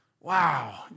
Wow